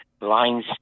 lines